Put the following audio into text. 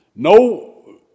No